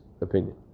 opinion